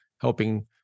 helping